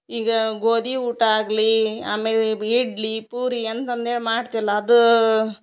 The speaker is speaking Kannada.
ಈಗಾ ಗೋಧಿ ಊಟ ಆಗಲಿ ಆಮೇಲೆ ಬಿ ಇಡ್ಲಿ ಪೂರಿ ಎಂತಂದೇಳಿ ಮಾಡ್ತಿವಲ್ಲ ಅದು